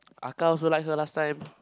Aka also like her last time